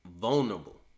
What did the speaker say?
vulnerable